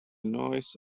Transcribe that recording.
noise